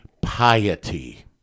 piety